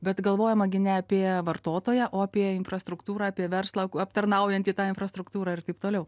bet galvojama gi ne apie vartotoją o apie infrastruktūrą apie verslą aptarnaujantį tą infrastruktūrą ir taip toliau